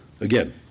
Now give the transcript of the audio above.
Again